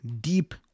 deep